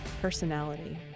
personality